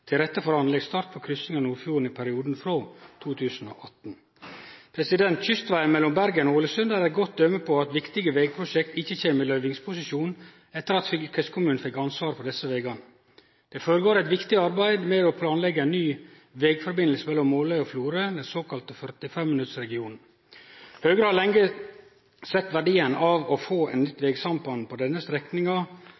til rette for anleggsstart for kryssing av Nordfjorden i perioden frå 2018. Kystvegen mellom Bergen og Ålesund er eit godt døme på at viktige vegprosjekt ikkje kjem i løyvingsposisjon etter at fylkeskommunen fekk ansvaret for desse vegane. Det føregår eit viktig arbeid med å planleggje ein ny vegforbindelse mellom Måløy og Florø, den såkalla 45-minuttsregionen. Høgre har lenge sett verdien av å få til eit nytt